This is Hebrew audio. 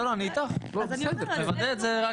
אני איתך, מוודא את זה.